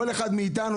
כל אחד מאתנו,